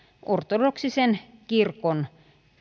ortodoksisen kirkon